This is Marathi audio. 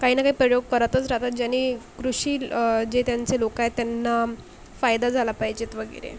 काही ना काही प्रयोग करतच राहतात ज्यांनी कृषी जे त्यांचे लोक आहेत त्यांना फायदा झाला पाहिजेत वगैरे